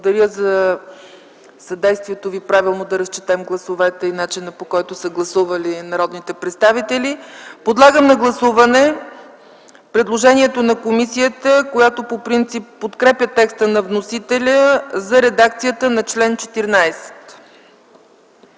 Благодаря за съдействието Ви правилно да разчетем гласовете и начина, по който са гласували народните представители. Подлагам на гласуване предложението на комисията, която по принцип подкрепя текста на вносителя за редакцията на чл. 14.